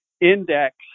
index